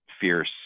fierce